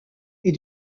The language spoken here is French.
est